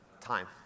Time